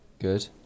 Good